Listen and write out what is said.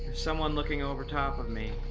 someone looking over top of me.